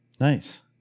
Nice